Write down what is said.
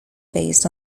based